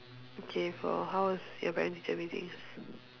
okay for how was your parent teacher meetings